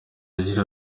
agira